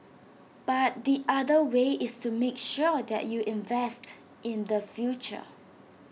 but the other way is to make sure that you invest in the future